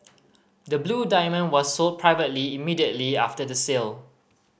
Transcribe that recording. the blue diamond was sold privately immediately after the sale